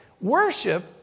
worship